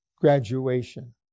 graduation